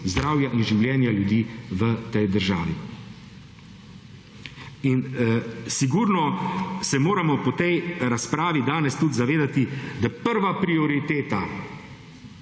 zdravja in življenja ljudi v tej državi. In sigurno se moramo po tej razpravi danes tudi zavedati, da prva prioriteta,